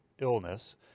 illness